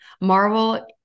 marvel